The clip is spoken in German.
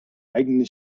eigene